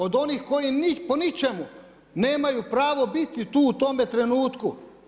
Od onih koji po ničemu nemaju pravo biti tu u tome trenutku.